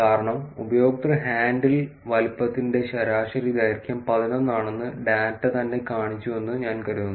കാരണം ഉപയോക്തൃ ഹാൻഡിൽ വലുപ്പത്തിന്റെ ശരാശരി ദൈർഘ്യം 11 ആണെന്ന് ഡാറ്റ തന്നെ കാണിച്ചുവെന്ന് ഞാൻ കരുതുന്നു